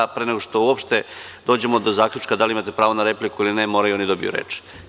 Pre nego što uopšte dođemo do zaključka, da li imate pravo na repliku ili ne, moraju i oni da dobiju reč.